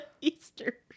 Easter